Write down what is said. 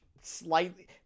slightly